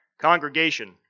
Congregation